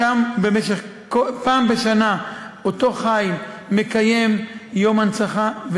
פעם בשנה אותו חיל מקיים יום הנצחה.